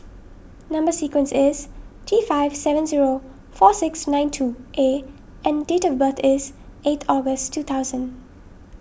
Number Sequence is T five seven zero four six nine two A and date of birth is eight August two thousand